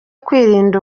kwirinda